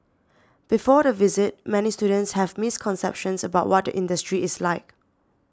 before the visit many students have misconceptions about what the industry is like